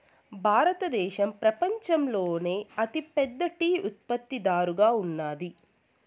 భారతదేశం పపంచంలోనే అతి పెద్ద టీ ఉత్పత్తి దారుగా ఉన్నాది